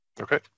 Okay